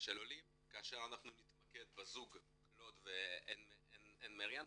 של עולים כאשר נתמקד בזוג קלוד ואן מארי.